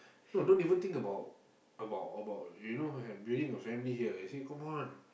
no don't even think about about about you know building a family here I say come on